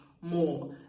more